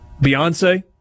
Beyonce